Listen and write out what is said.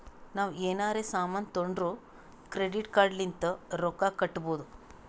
ನಾವ್ ಎನಾರೇ ಸಾಮಾನ್ ತೊಂಡುರ್ ಕ್ರೆಡಿಟ್ ಕಾರ್ಡ್ ಲಿಂತ್ ರೊಕ್ಕಾ ಕಟ್ಟಬೋದ್